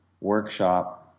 workshop